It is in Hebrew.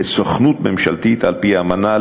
כסוכנות ממשלתית על-פי האמנה,